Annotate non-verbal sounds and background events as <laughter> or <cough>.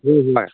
<unintelligible>